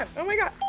oh my god.